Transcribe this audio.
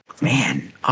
Man